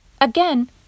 Again